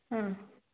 ಹಾಂ